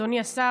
אדוני השר,